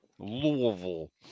louisville